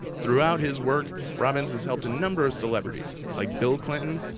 throughout his work, robbins has helped a number of celebrities like bill clinton,